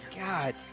God